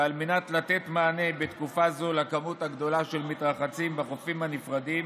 ועל מנת לתת מענה בתקופה זו למספר הגדול של מתרחצים בחופים הנפרדים,